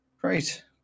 great